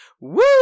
Woo